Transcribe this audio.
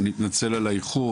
אני מתנצל על האיחור,